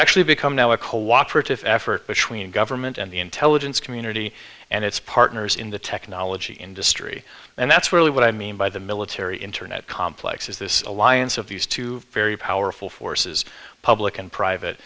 actually become now a cooperative effort between government and the intelligence community and it's partners in the technology industry and that's really what i mean by the military internet complex is this alliance of these two very powerful forces public and private